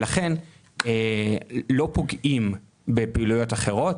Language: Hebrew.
לכן לא פוגעים בפעילויות אחרות